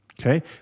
Okay